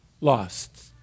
Lost